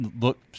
look